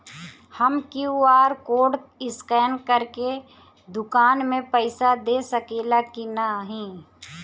हम QR code scan करके दुकान में पईसा दे सकेला की नाहीं?